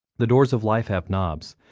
the doors of life have knobs.